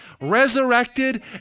resurrected